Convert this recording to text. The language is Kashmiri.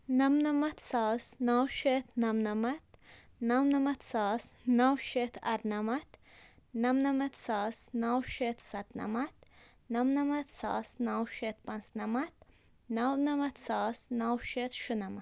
نَمنَمَتھ ساس نَو شٮ۪تھ نَمنَمَتھ نَمنَمَتھ ساس نَو شٮ۪تھ اَرنَمتھ نَمنَمَتھ ساس نَو شٮ۪تھ سَتنَمَتھ نَمنَمَتھ ساس نَو شٮ۪تھ پانٛژھ نَمٛتھ نَمنَمَتھ ساس نَو شٮ۪تھ نَو شُنَمَتھ